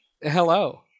Hello